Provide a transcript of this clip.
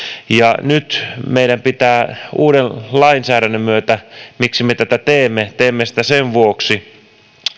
nyt meidän pitää uuden lainsäädännön myötä päästä siihen miksi me tätä teemme teemme sitä sen vuoksi